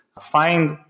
find